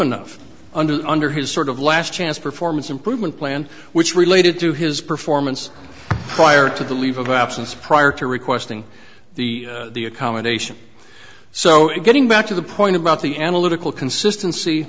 enough under the under his sort of last chance performance improvement plan which related to his performance prior to the leave of absence prior to requesting the the accommodation so getting back to the point about the analytical consistency